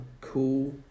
Cool